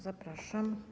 Zapraszam.